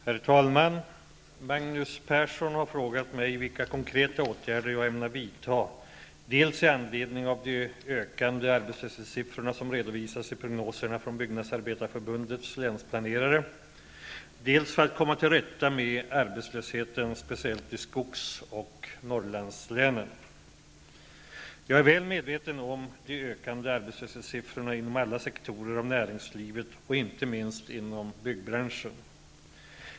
Herr talman! Magnus Persson har frågat mig vilka konkreta åtgärder jag ämnar vidta dels i anledning av de ökande arbetslöshetssiffror som redovisas i prognoserna från Byggnadsarbetareförbundets länsplanerare, dels för att komma till rätta med arbetslösheten speciellt i skogs och Jag är väl medveten om de ökande arbetslöshetssiffrorna inom alla sektorer av näringslivet och inte minst inom byggbranschen.